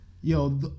Yo